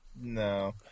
No